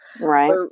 Right